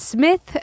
Smith